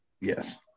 yes